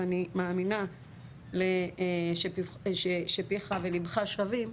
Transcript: ואני מאמינה שפיך וליבך שווים,